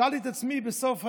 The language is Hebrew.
שאלתי את עצמי בסוף היום: